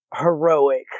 heroic